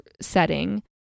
setting